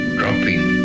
dropping